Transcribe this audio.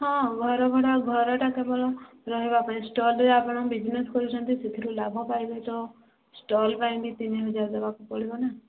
ହଁ ଘରଭଡ଼ା ଘରଟା କେବଳ ରହିବା ପାଇଁ ଷ୍ଟଲ୍ରେ ଆପଣ ବିଜନେସ୍ କରୁଛନ୍ତି ସେଥିରେ ଲାଭ ପାଇବେ ତ ଷ୍ଟଲ୍ ପାଇଁ ବି ତିନି ହଜାର ଦେବାକୁ ପଡ଼ିବ ନା